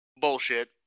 bullshit